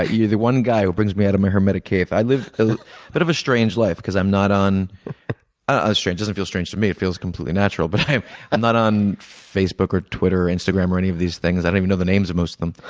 ah you're the one guy who brings me out of my hermetic cave. i live a bit of a strange life because i'm not on not ah strange it doesn't feel strange to me, it feels completely natural but i'm i'm not on facebook, or twitter, or instagram, or any of these things. i don't even know the names of most of them.